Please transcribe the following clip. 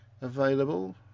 available